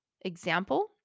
example